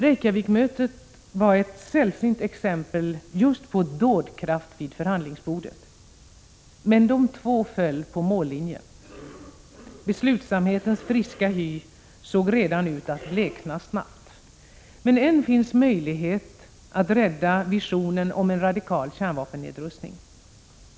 Reykjavikmötet var ett sällsynt exempel just på dådkraft vid förhandlingsbordet. Med de två föll på mållinjen. Beslutsamhetens friska hy såg sedan ut att blekna snabbt. Men än finns möjlighet att rädda visionen om radikal kärnvapennedrustning.